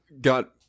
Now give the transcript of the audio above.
got